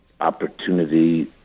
opportunity